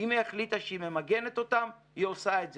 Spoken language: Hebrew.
אם היא החליטה שהיא ממגנת אותם, היא עושה את זה.